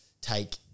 take –